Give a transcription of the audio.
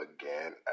again